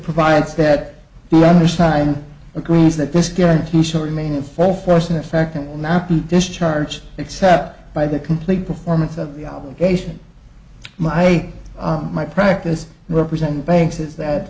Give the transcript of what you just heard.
provides that blemish time agrees that this guarantee shall remain in full force in effect and will not be discharged except by the complete performance of the obligation my my practice representing the banks is that